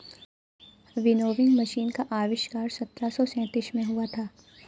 winnowing machine का आविष्कार सत्रह सौ सैंतीस में हुआ था